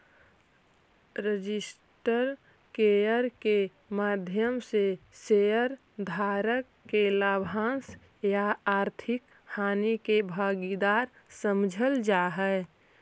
registered share के माध्यम से शेयर धारक के लाभांश या आर्थिक हानि के भागीदार समझल जा हइ